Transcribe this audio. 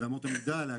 ואמות המידה להגדרה.